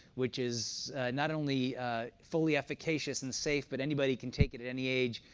which is not only fully efficacious and safe, but anybody can take it at any age,